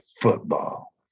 football